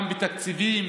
גם בתקציבים,